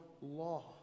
law